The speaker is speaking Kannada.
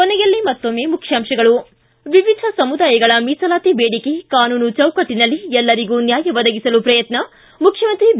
ಕೊನೆಯಲ್ಲಿ ಮತ್ತೊಮ್ಮೆ ಮುಖ್ಯಾಂಶಗಳು ಿ ವಿವಿಧ ಸಮುದಾಯಗಳ ಮೀಸಲಾತಿ ಬೇಡಿಕೆ ಕಾನೂನು ಚೌಕಟ್ಟನಲ್ಲಿ ಎಲ್ಲರಿಗೂ ನ್ಯಾಯ ಒದಗಿಸಲು ಪ್ರಯತ್ನ ಮುಖ್ಯಮಂತ್ರಿ ಬಿ